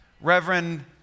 Reverend